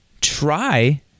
try